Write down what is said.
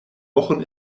wochen